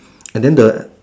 and then the